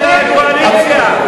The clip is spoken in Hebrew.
קואליציה.